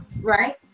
Right